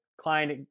client